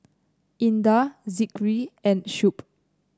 Indah Zikri and Shuib